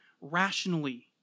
rationally